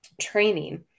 training